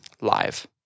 Live